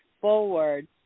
forward